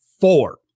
four